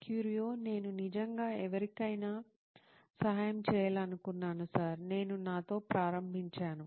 క్యూరియో నేను నిజంగా ఎవరికైనా సహాయం చేయాలనుకున్నాను సార్ నేను నాతో ప్రారంభించాను